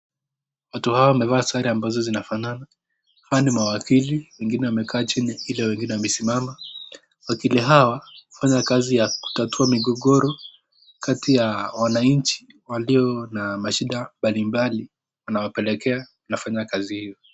Hatu hao wamevaa sare ambazo zinafanana. Huwa ni mawakili. Wengine wamekaa chini ili wengine wamesimama. Wakili hawa hufanya kazi ya kutatua migogoro kati ya wananchi walio na mashida mbalimbali wanawapelekea wanafanya kazi hiyo.